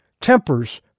Tempers